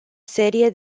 serie